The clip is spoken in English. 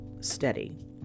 steady